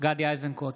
גדי איזנקוט,